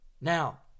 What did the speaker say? Now